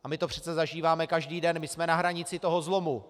A my to přece zažíváme každý den, my jsme na hranici toho zlomu.